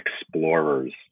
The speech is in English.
explorers